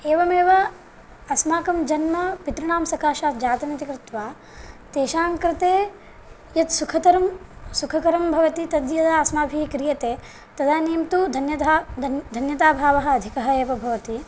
एवमेव अस्माकं जन्म पितॄणां सकाशात् जातमिति कृत्वा तेषां कृते यत् सुखतरं सुखकरं भवति तद्यदा अस्माभिः क्रियते तदानीं तु धन्यता धन्यताभावः अधिकः एव भवति